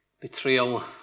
betrayal